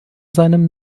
seinem